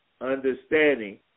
understanding